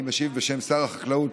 אני משיב בשם שר החקלאות,